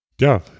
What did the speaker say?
Ja